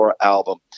album